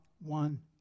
one